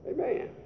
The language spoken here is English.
Amen